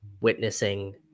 witnessing